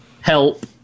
help